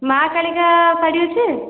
ମାଆ କାଳିକା ଶାଢ଼ୀ ଅଛି